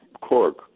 cork